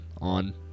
on